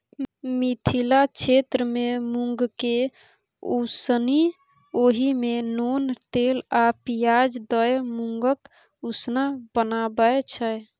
मिथिला क्षेत्रमे मुँगकेँ उसनि ओहि मे नोन तेल आ पियाज दए मुँगक उसना बनाबै छै